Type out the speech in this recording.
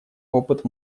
опыт